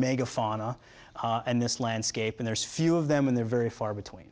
megafauna and this landscape and there's few of them and they're very far between